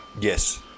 Yes